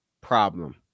Problem